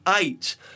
eight